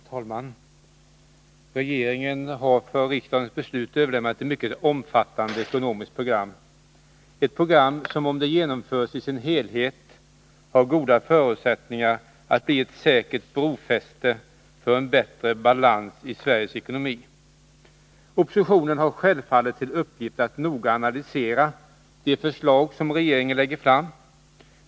Herr talman! Regeringen har för riksdagens beslut överlämnat ett mycket omfattande ekonomiskt program, ett program som om det genomförs i sin helhet har goda förutsättningar att bli ett säkert brofäste för en bättre balans i Sveriges ekonomi. Oppositionen har självfallet till uppgift att noga analysera de förslag som regeringen lägger fram.